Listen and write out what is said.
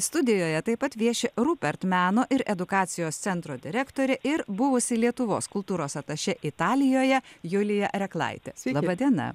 studijoje taip pat vieši rupert meno ir edukacijos centro direktorė ir buvusi lietuvos kultūros atašė italijoje julija reklaitė laba diena